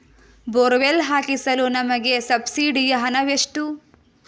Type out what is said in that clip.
Borewell ಹಾಕಿಸಲು ನಮಗೆ ಸಬ್ಸಿಡಿಯ ಹಣವೆಷ್ಟು?